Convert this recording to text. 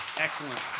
Excellent